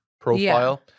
profile